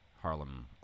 Harlem